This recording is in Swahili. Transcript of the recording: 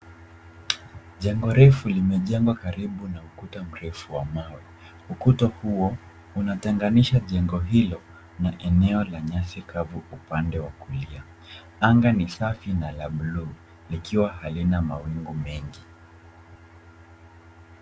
Jengo refu limejengwa karibu na ukuta mrefu wa mawe. Ukuta huo unatenganisha jengo hilo na eneo la nyasi kavu upande wa kulia. Anga ni safi na la buluu likiwa halina mawingu mengi.